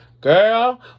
girl